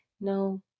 No